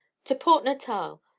to port natal.